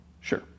Sure